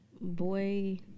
Boy